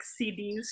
CDs